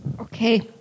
okay